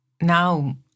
Now